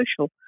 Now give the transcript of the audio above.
social